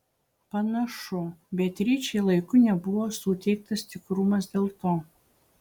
panašu beatričei laiku nebuvo suteiktas tikrumas dėl to